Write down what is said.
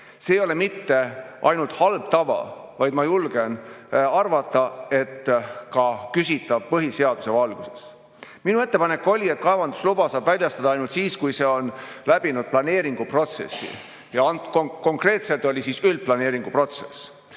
See ei ole mitte ainult halb tava, vaid ma julgen arvata, et ka küsitav põhiseaduse valguses. Minu ettepanek oli, et kaevandusluba saab väljastada ainult siis, kui see on läbinud planeeringuprotsessi, konkreetselt üldplaneeringuprotsessi. Maavarade